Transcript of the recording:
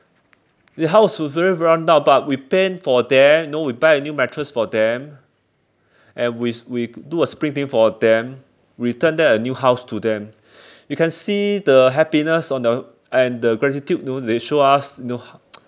the house was very run-down but we paint for them know we buy a new mattress for them and we we do a spring cleaning for them return them a new house to them you can see the happiness on the and the gratitude know they show us know ho~